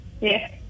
Yes